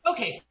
Okay